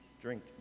drink